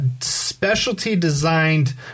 specialty-designed